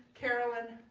carolyn,